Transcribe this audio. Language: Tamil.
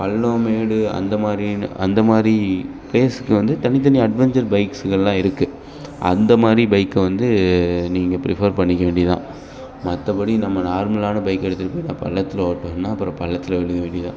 பள்ளம் மேடு அந்த மாரி அந்த மாதிரி பளேஸ்க்கு வந்து தனித்தனி அட்வென்ச்சர் பைக்ஸுகள்லாம் இருக்குது அந்த மாதிரி பைக்கை வந்து நீங்கள் ப்ரிஃபர் பண்ணிக்க வேண்டிய தான் மற்றபடி நம்ம நார்மலான பைக் எடுத்துகிட்டு போய் நான் பள்ளத்தில் ஓட்டுவேன்னால் அப்புறம் பள்ளத்தில் விழு வேண்டியது தான்